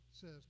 says